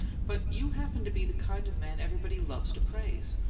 but you happen to be the kind of man everybody loves to praise.